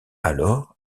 alors